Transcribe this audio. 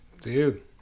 Dude